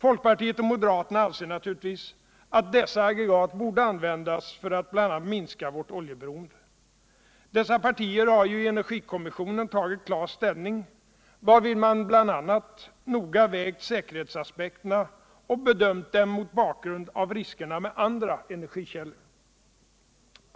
Folkpartiet och moderaterna anser naturligtvis att dessa aggregat borde användas bl.a. för att minska vårt oljeberoende. Dessa partier har ju i energikommissionen tagit klar ställning, varvid man bl.a. noga vägt säkerhetsaspekterna och bedömt dem mot bakgrund av riskerna med andra energikällor.